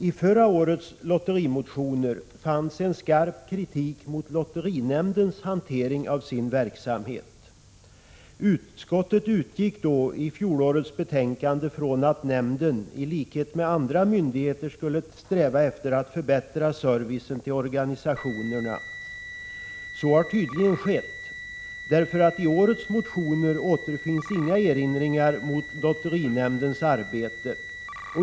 I förra årets lotterimotioner fanns en skarp kritik mot lotterinämndens hantering av sin verksamhet. Utskottet utgick i fjolårets betänkande från att nämnden, i likhet med andra myndigheter, skulle sträva efter att förbättra servicen till organisationerna. Så har tydligen skett. I årets motioner återfinns inga erinringar mot lotterinämndens arbete.